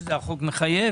מה שהחוק מחייב,